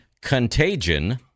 Contagion